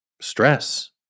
stress